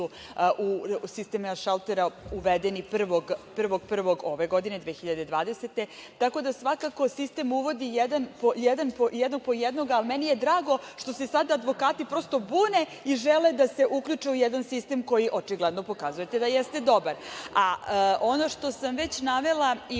u sistem naših šaltera uvedeni 1.1.2020. godine. Tako da svakako sistem uvodi jednog po jednoga, ali meni je drago što se sada advokati prosto bune i žele da se uključe u jedan sistem koji očigledno pokazujete da jeste dobar, a ono što sam već navela i